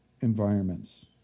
environments